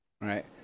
right